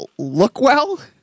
Lookwell